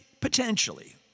potentially